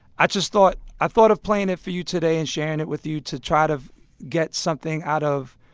i just thought i thought of playing it for you today and sharing it with you to try to get something out of